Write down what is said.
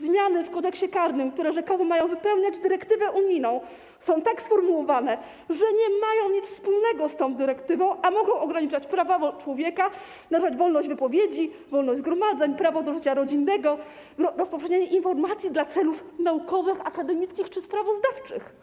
Zmiany w Kodeksie karnym, które rzekomo mają wypełniać dyrektywę unijną, są tak sformułowane, że nie mają nic wspólnego z tą dyrektywą, a mogą ograniczać prawa człowieka, nawet wolność wypowiedzi, wolność zgromadzeń, prawo do życia rodzinnego, rozpowszechnianie informacji dla celów naukowych, akademickich czy sprawozdawczych.